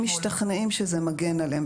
אם משתכנעים שזה מגן עליהם.